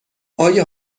آیا